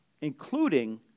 including